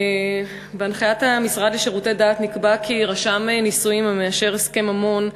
בהנחיית המשרד לשירותי דת נקבע כי רשם נישואים המאשר הסכם ממון,